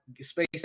space